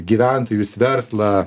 gyventojus verslą